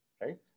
right